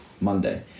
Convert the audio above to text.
Monday